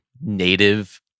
native